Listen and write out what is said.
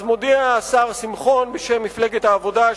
אז מודיע השר שמחון בשם מפלגת העבודה,